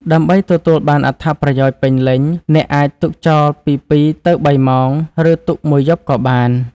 ដើម្បីទទួលបានអត្ថប្រយោជន៍ពេញលេញ អ្នកអាចទុកចោលពី ២ ទៅ ៣ ម៉ោង ឬទុកមួយយប់ក៏បាន។